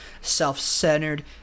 self-centered